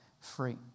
free